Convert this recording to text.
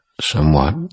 somewhat